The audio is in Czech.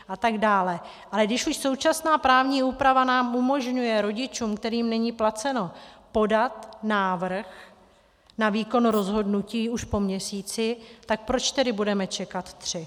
Ale když už současná právní úprava umožňuje rodičům, kterým není placeno, podat návrh na výkon rozhodnutí už po měsíci, tak proč tedy budeme čekat tři?